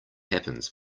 happens